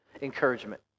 encouragement